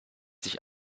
sie